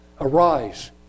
Arise